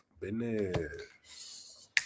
Business